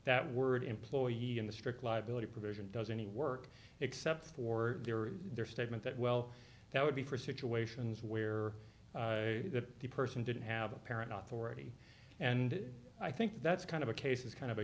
that word employee in the strict liability provision does any work except for their statement that well that would be for situations where the person didn't have a parent not already and i think that's kind of a case is kind of a